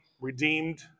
redeemed